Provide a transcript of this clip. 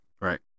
right